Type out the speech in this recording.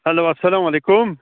hello اسلام علیکُم